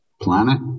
Planet